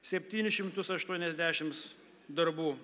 septynis šimtus aštuoniasdešims darbų